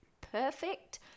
perfect